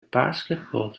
basketball